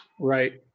Right